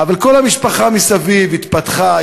אבל כל המשפחה מסביב התפתחה,